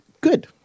Good